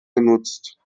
genutzt